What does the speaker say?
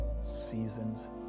season's